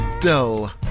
dull